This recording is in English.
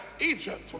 Egypt